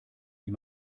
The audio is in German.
die